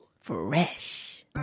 Fresh